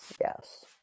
Yes